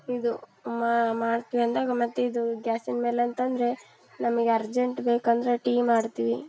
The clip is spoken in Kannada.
ಇದು ಮತ್ತು ಮಾಡ್ತೀನಿ ಅಂದಾಗ ಮತ್ತು ಇದು ಗ್ಯಾಸಿನ ಮೇಲೆ ಅಂತಂದ್ರೆ ನಮಗೆ ಅರ್ಜೆಂಟ್ ಬೇಕಂದ್ರೆ ಟೀ ಮಾಡ್ತೀವಿ